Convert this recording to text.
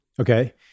okay